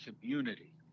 community